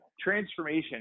Transformation